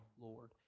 Lord